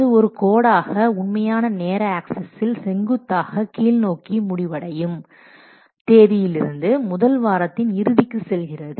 அது ஒரு கோடாக உண்மையான நேர ஆக்சிஸில் செங்குத்தாக கீழ்நோக்கி முடிவடையும் தேதியிலிருந்து முதல் வாரத்தின் இறுதிக்கு செல்கிறது